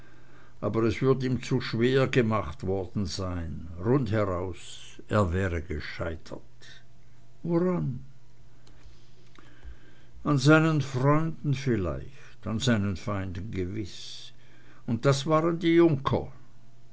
aber es würd ihm zu schwer gemacht worden sein rundheraus er wäre gescheitert woran an seinen freunden vielleicht an seinen feinden gewiß und das waren die junker